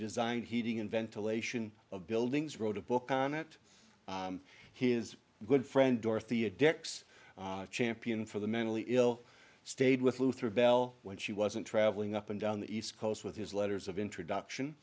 designed heating and ventilation of buildings wrote a book on it he is a good friend dorothea dix champion for the mentally ill stayed with luther belle when she wasn't travelling up and down the east coast with his letters of introduction